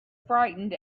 frightened